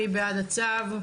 מי בעד הצו?